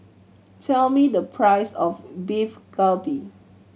tell me the price of Beef Galbi